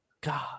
God